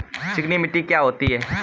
चिकनी मिट्टी क्या होती है?